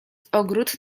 ogród